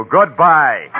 Goodbye